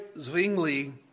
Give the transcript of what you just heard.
Zwingli